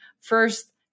first